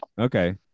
Okay